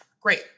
Great